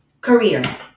career